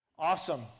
Awesome